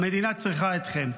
המדינה צריכה אתכם.